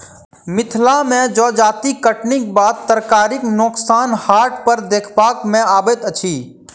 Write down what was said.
मिथिला मे जजाति कटनीक बाद तरकारीक नोकसान हाट पर देखबा मे अबैत अछि